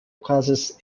okazos